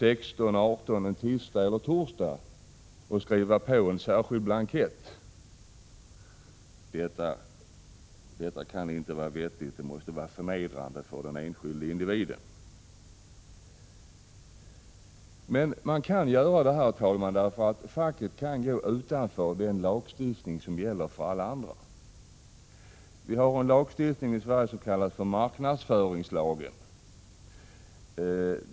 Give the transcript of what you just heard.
16 och 18 en tisdag eller torsdag och skriva på en särskild blankett. Detta kan inte vara vettigt. Det måste vara Prot. 1986/87:46 förnedrande för den enskilde individen. 10 december 1986 Detta är möjligt, herr talman, därför att facket kan gå utanför den lagstiftning som gäller för alla andra. Vi har en lagstiftning i Sverige som kallas marknadsföringslagen.